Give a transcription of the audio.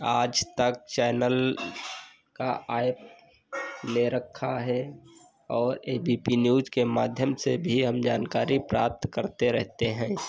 आज तक चैनल का ऐप ले रखा है और ए बी पी न्यूज़ के माध्यम से भी हम जानकारी प्राप्त करते रहते हैं